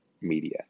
media